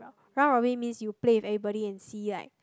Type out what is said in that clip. round robin means you play with everybody and see like